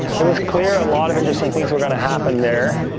it was clear a lot of interesting things were gonna happen there,